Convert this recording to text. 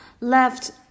left